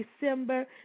December